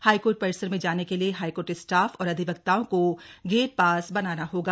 high court परिसर में जाने के लिये हाईकोर्ट स्टाफ और अधिवक्ताओं को गेट पास बनाना होगा